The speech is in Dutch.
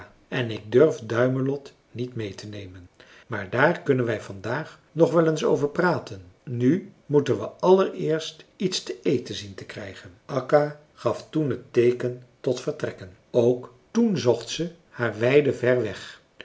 en ik durf duimelot niet meê te nemen maar daar kunnen wij vandaag nog wel eens over praten nu moeten we allereerst iets te eten zien te krijgen akka gaf toen het teeken tot vertrekken ook toen zocht ze haar weide ver weg